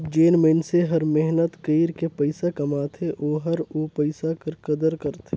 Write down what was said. जेन मइनसे हर मेहनत कइर के पइसा कमाथे ओहर ओ पइसा कर कदर करथे